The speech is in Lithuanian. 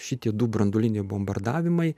šitie du branduoliniai bombardavimai